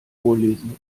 vorlesen